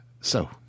So